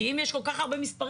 כי אם יש כל כך הרבה מספרים,